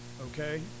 okay